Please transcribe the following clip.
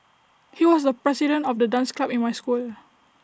he was the president of the dance club in my school